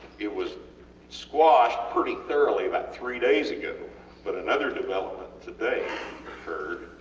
it was squashed pretty thoroughly about three days ago but another development today occurred,